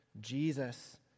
Jesus